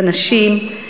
בנשים,